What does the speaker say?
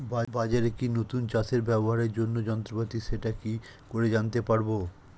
বাজারে কি নতুন চাষে ব্যবহারের জন্য যন্ত্রপাতি সেটা কি করে জানতে পারব?